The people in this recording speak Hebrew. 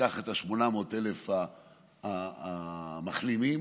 ניקח את 800,000 המחלימים,